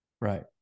Right